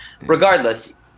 regardless